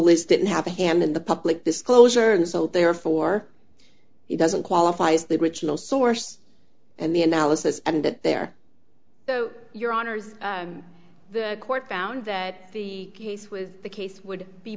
solace didn't have a hand in the public disclosure and so therefore it doesn't qualify as the original source and the analysis and that they are so your honour's the court found that the case was the case would be